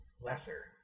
lesser